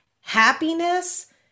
happiness